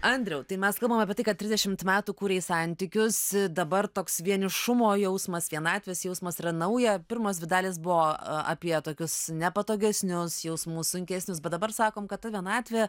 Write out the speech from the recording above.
andriau tai mes kalbam apie tai kad tridešimt metų kūrei santykius dabar toks vienišumo jausmas vienatvės jausmas yra naują pirmos dvi dalys buvo apie tokius nepatogesnius jausmus sunkesnius bet dabar sakom kad ta vienatvė